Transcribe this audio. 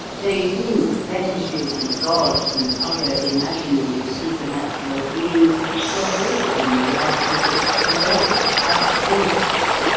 they think fetiches and gods and other imaginary supernatural beings were all in the last resort developed out of ghosts,